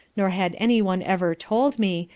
nor had any one ever told me,